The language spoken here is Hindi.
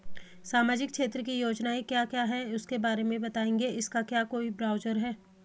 सामाजिक क्षेत्र की योजनाएँ क्या क्या हैं उसके बारे में बताएँगे इसका क्या कोई ब्राउज़र है?